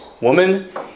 woman